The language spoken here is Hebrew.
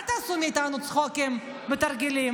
אל תעשו מאיתנו צחוקים ותרגילים.